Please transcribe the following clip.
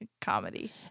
comedy